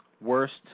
worst